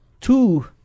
two